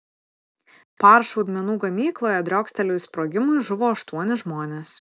par šaudmenų gamykloje driokstelėjus sprogimui žuvo aštuoni žmonės